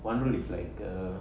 one rule is like a